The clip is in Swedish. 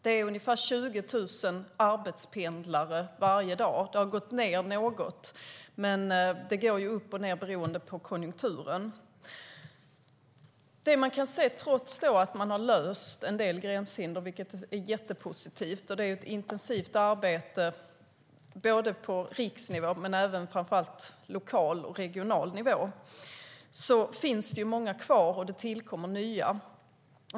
Det är ungefär 20 000 arbetspendlare varje dag. Det har gått ned något - det går upp och ned beroende på konjunkturen. Man har löst en del gränshinder, vilket är jättepositivt, och det är ett intensivt arbete på riksnivå och framför allt på lokal och regional nivå. Trots det finns det många hinder kvar, och det tillkommer nya.